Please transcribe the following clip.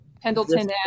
pendleton